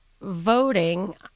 voting